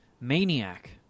Maniac